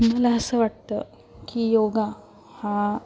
मला असं वाटतं की योगा हा